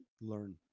learn